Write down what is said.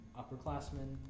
upperclassmen